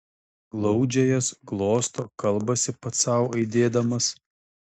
glaudžia jas glosto kalbasi pats sau aidėdamas